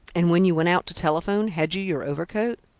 and when you went out to telephone, had you your overcoat?